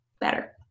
better